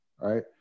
right